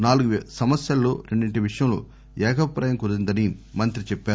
నాలుగు సమస్యల్లో రెండింటి విషయంలో ఏకాభిప్రాయం కుదిరిందని చెప్పారు